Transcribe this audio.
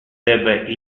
debe